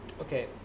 Okay